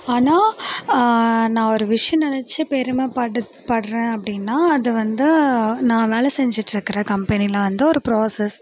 ஆனால் நான் ஒரு விஷயம் நினைச்சி பெருமைப் படு படுகிறேன் அப்படின்னா அது வந்து நான் வேலை செஞ்சுட்ருக்குற கம்பெனியில் வந்து ஒரு ப்ராசஸ்